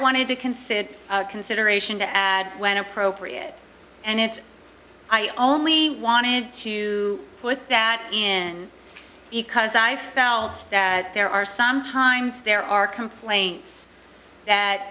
wanted to consider consideration to add when appropriate and it's i only wanted to put that in eco's i felt that there are some times there are complaints that